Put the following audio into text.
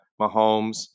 Mahomes